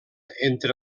entre